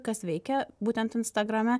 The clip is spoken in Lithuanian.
kas veikia būtent instagrame